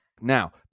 Now